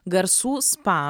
garsų spa